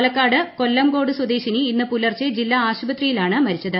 പാലക്കാട് കൊല്ലംകോട് സ്വദേശിനി ഇന്ന് പുലർച്ചെ ജില്ലാ ആശിപത്രിയിലാണ് മരിച്ചത്